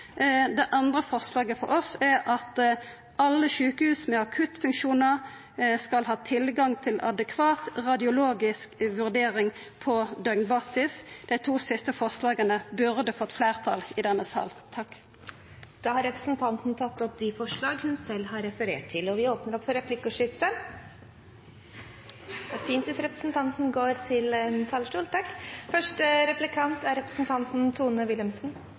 Det andre forslaget frå oss går ut på at alle sjukehus med akuttfunksjonar skal ha tilgang til adekvat radiologisk vurdering på døgnbasis. Dei to siste forslaga eg nemnde, burde fått fleirtal i denne salen. Representanten Kjersti Toppe har tatt opp de forslagene hun refererte til. Det blir replikkordskifte. Representanten Toppe har et stort engasjement for fødselsomsorgen, og det er